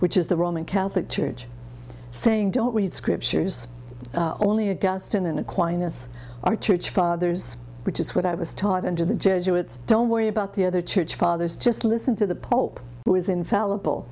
which is the roman catholic church saying don't read scriptures only augustan and aquinas our church fathers which is what i was taught under the jesuits don't worry about the other church fathers just listen to the pope who is infallible